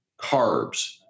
carbs